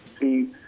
see